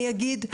אני אגיד,